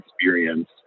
experience